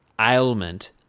ailment